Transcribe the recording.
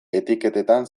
etiketetan